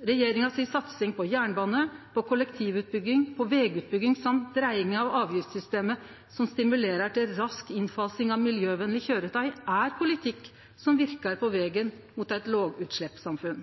Regjeringa si satsing på jernbane, på kollektivutbygging og på vegutbygging og dreiinga av avgiftssystemet som stimulerer til rask innfasing av miljøvenlege køyretøy, er politikk som verkar på vegen mot eit lågutsleppssamfunn.